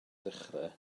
dechrau